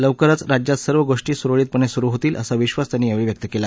लवकरच राज्यात सर्व गोष्टी सुरळीतपण जिुरु होतील असा विश्वास त्यांनी यावळी व्यक्त कला